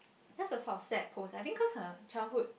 just a sort of sad post I think because of her childhood